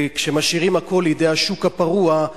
וכשמשאירים הכול לידי השוק הפרוע,